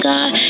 God